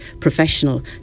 professional